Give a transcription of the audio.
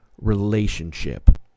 relationship